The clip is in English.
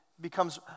becomes